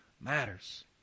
matters